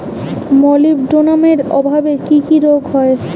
মলিবডোনামের অভাবে কি কি রোগ হয়?